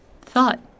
thought